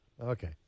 Okay